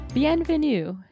bienvenue